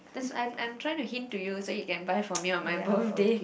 those I'm I'm trying to hint to you so you can buy for me on my birthday